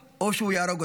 או שהוא יהרוג אותם.